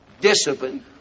discipline